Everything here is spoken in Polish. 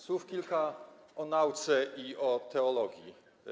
Słów kilka o nauce i teologii.